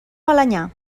balenyà